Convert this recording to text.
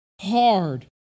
hard